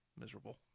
miserable